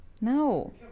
no